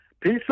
Peace